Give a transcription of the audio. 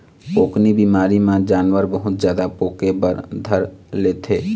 पोकनी बिमारी म जानवर बहुत जादा पोके बर धर लेथे